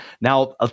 now